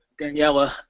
Daniela